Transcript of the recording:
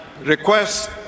request